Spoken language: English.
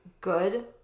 good